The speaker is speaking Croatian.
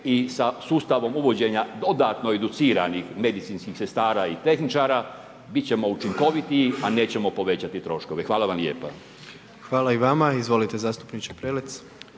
i sa sustavom uvođenja dodatno educiranih medicinskih sestara i tehničara, biti ćemo učinkovitiji, a nećemo povećati troškove. Hvala vam lijepa. **Jandroković, Gordan (HDZ)** Hvala i vama. Izvolite zastupničke Prelec.